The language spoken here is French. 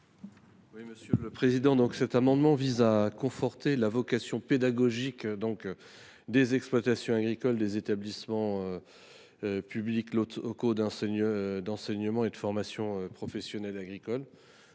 à M. le rapporteur. Cet amendement vise à conforter la vocation pédagogique des exploitations agricoles des établissements publics locaux d’enseignement et de formation professionnelle agricoles